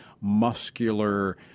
muscular